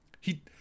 he-